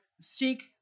seek